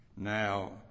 Now